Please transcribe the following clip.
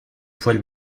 poil